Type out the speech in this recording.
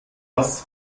was